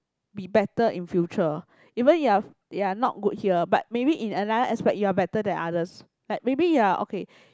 be better in future even you're you're not good here but maybe in another aspect you're better than others like maybe you're okay